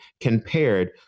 compared